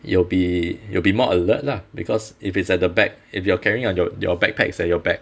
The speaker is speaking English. you'll be you'll be more alert lah because if it's at the back if you are carrying out your backpacks on your back